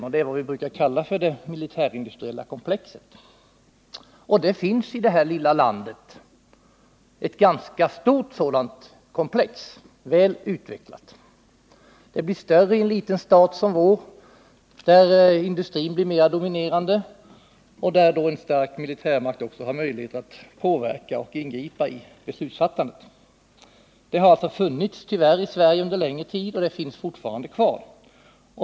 De utgör det vi brukar kalla det militärindustriella komplexet. Det finns i detta lilla land ett ganska stort sådant komplex, väl utvecklat. Det blir större i en liten stat som vår, där industrin blir mera dominerande och där då en stark militärmakt har möjlighet att påverka och ingripa i beslutsfattandet. Det har alltså under längre tid funnits i Sverige, och det finns tyvärr fortfarande kvar.